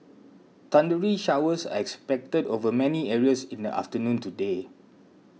thundery showers are expected over many areas in the afternoon today